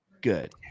Good